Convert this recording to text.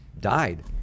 died